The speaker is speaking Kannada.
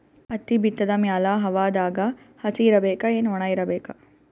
ಹತ್ತಿ ಬಿತ್ತದ ಮ್ಯಾಲ ಹವಾದಾಗ ಹಸಿ ಇರಬೇಕಾ, ಏನ್ ಒಣಇರಬೇಕ?